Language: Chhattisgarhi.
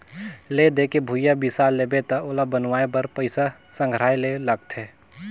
ले दे के भूंइया बिसा लेबे त ओला बनवाए बर पइसा संघराये ले लागथे